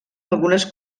algunes